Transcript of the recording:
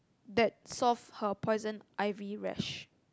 that solve her poison ivy rash